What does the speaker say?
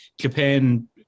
Japan